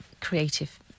creative